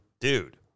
dude